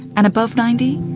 and above ninety,